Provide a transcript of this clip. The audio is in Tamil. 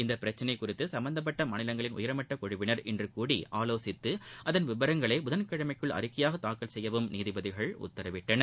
இப்பிரச்சினை குறித்து சம்மந்தப்பட்ட மாநிலங்களின் உயர்மட்ட குழுவினர் இன்று கூடி ஆலோசித்து அதன் விவரங்களை புதன்கிழமைக்குள் அறிக்கையாக தாக்கல் செய்யவும் நீதிபதிகள் உத்தரவிட்டனர்